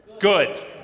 Good